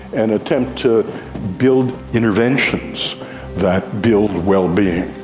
an attempt to build interventions that build well-being,